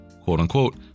quote-unquote